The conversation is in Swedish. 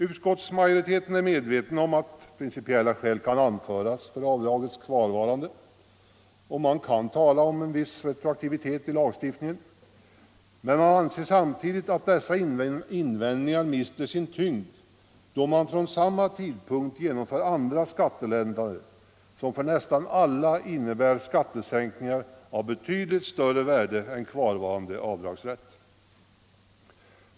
Utskottsmajoriteten är medveten om att principiella skäl kan anföras för avdragets kvarvarande och att man kan tala om en viss retroaktivitet i lagstiftningen, men man anser samtidigt att dessa invändningar mister sin tyngd då det från samma tidpunkt genomförs andra skattelättnader, som för nästan alla innebär skattesänkningar av betydligt större värde än en kvarvarande avdragsrätt.